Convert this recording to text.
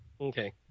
Okay